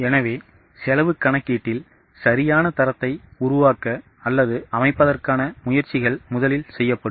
எனவே செலவுக் கணக்கீட்டில் சரியான தரத்தை உருவாக்க அல்லது அமைப்பதற்கான முயற்சிகள் முதலில் செய்யப்படும்